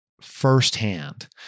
firsthand